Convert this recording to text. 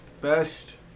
best